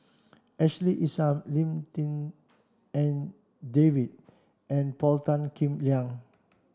Ashley Isham Lim Tik En David and Paul Tan Kim Liang